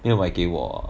你没有买给我